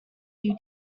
you